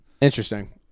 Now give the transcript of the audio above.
Interesting